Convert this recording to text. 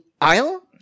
aisle